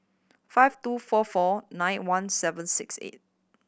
five two four four nine one seven six eight